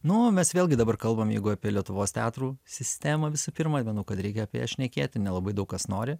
na o mes vėlgi dabar kalbam jeigu apie lietuvos teatrų sistemą visų pirma manaukad reikia apie ją šnekėti nelabai daug kas nori